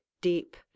deep